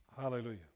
Hallelujah